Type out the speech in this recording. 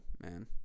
Man